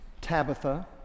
Tabitha